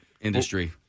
industry